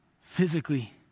physically